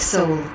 Soul